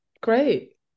Great